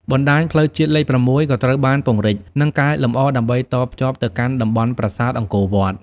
បណ្តាញផ្លូវជាតិលេខ ៦ ក៏ត្រូវបានពង្រីក និងកែលម្អដើម្បីតភ្ជាប់ទៅកាន់តំបន់ប្រាសាទអង្គរវត្ត។